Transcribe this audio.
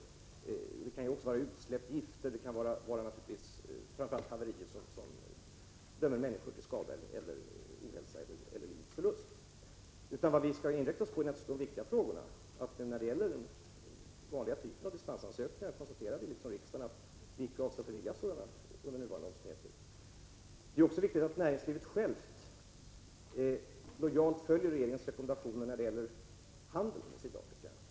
Det kan vara fråga om utsläpp av gifter eller haverier som medför skada eller ohälsa för människor eller ekonomisk förlust. Vad vi skall koncentrera oss på är naturligtvis de viktiga frågorna, den vanliga typen av dispensansökningar. Där har riksdagen konstaterat att sådana skall beviljas under nuvarande omständigheter. Det är också viktigt att näringslivet självt lojalt följer regeringens rekommendationer i fråga om handeln med Sydafrika.